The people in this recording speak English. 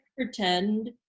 Pretend